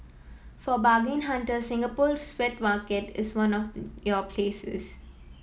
for bargain hunters Singapore wet market is one of your places